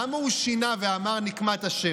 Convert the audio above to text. למה הוא שינה ואמר "נקמת ה'"?